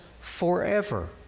forever